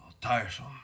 tiresome